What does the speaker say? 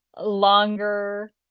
longer